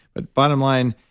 but bottom line,